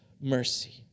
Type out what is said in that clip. mercy